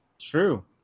True